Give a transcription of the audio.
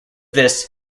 this